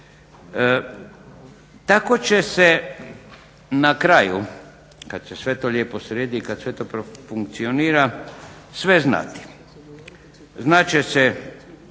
Tako će se na kraju kad se sve to lijepo sredi i kad sve to profunkcionira sve znati. Znat će